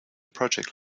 project